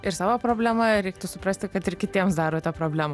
ir savo problema ir reiktų suprasti kad ir kitiems darote problemų